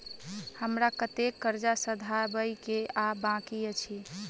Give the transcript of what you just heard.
हमरा कतेक कर्जा सधाबई केँ आ बाकी अछि?